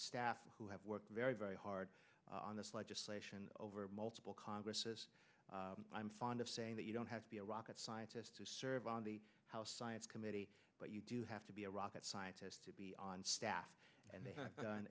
staff who have worked very very hard on this legislation over multiple congresses i'm fond of saying that you don't have to be a rocket scientist to serve on the house science committee but you do have to be a rocket scientist to be on staff and they ha